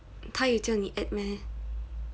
他又叫你 add meh